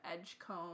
Edgecomb